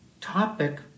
topic